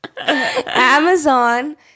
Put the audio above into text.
Amazon